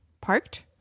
Parked